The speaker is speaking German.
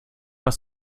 was